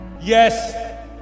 Yes